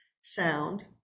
sound